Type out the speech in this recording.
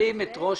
מברכים את ראש